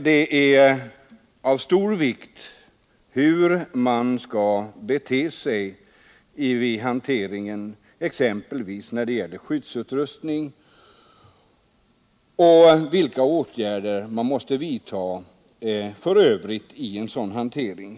Det är av stor vikt hur man beter sig — vilken skyddsutrustning man skall ha och vilka övriga åtgärder man måste vidta i en sådan hantering.